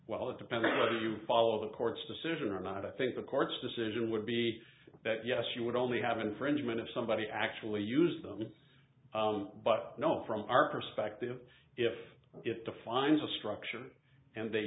well it depends on whether you follow the court's decision or not i think the court's decision would be that yes you would only have an infringement if somebody actually used them but i know from our perspective if it defines a structure and they